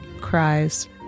cries